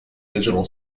digital